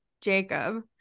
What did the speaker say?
Jacob